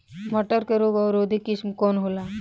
मटर के रोग अवरोधी किस्म कौन होला?